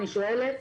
אני שואלת,